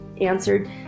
answered